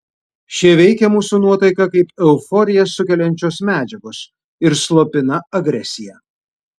šie veikia mūsų nuotaiką kaip euforiją sukeliančios medžiagos ir slopina agresiją